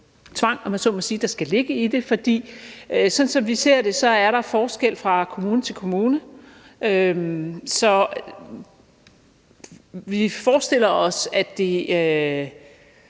sige, der skal ligge i det. For sådan som vi ser det, er der forskel fra kommune til kommune. Så vi forestiller os, at det